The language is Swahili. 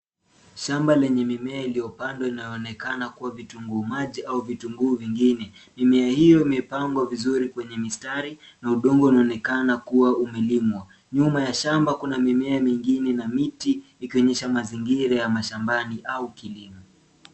Shamba lenye mimea iliyopandwa linaonekana kuwa vitunguu maji au vitunguu vingine mimea hio imepangwa vizuri kwenye mistari na udongo unaonekana kuwa umelimwa nyuma ya shamba kuna mimea mingine na miti ikionyesha mazingira ya mashambani au kilimo.